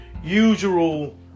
Usual